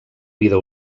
vida